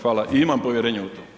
Hvala i imam povjerenja u to.